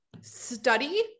study